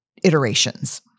iterations